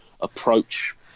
approach